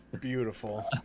Beautiful